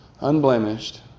unblemished